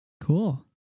Cool